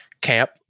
camp